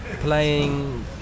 playing